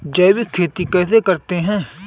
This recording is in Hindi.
जैविक खेती कैसे करते हैं?